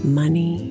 money